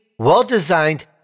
well-designed